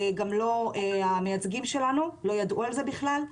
וגם המייצגים שלנו לא ידעו על זה בכלל.